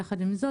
יחד עם זאת,